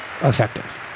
effective